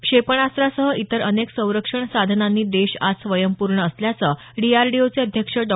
क्षेपणास्त्रासह इतर अनेक संरक्षण साधनांनी देश आज स्वयंपूर्ण असल्याचं डीआरडीओचे अध्यक्ष डॉ